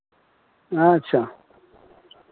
अच्छा